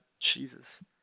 Jesus